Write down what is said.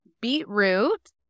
Beetroot